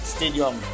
Stadium